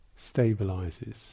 stabilizes